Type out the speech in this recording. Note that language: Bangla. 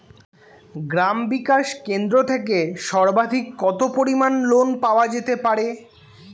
গ্রাম বিকাশ কেন্দ্র থেকে সর্বাধিক কত পরিমান লোন পাওয়া যেতে পারে?